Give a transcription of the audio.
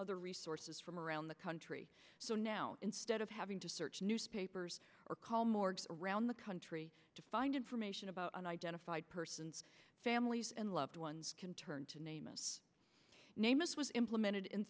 other resources from around the country so now instead of having to search newspapers or call morgues around the country to find information about unidentified persons families and loved ones can turn to name a name us was implemented in